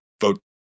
vote